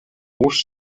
rouge